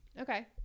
okay